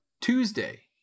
Tuesday